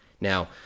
Now